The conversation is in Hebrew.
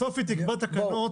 בסוף היא תקבע תקנות.